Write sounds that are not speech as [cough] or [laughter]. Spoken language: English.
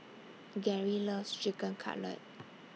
[noise] Gary loves Chicken Cutlet